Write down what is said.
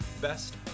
best